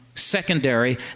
Secondary